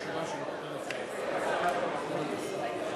הצעות לסדר-היום מס' 6911,